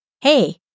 Hey